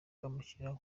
bamushyira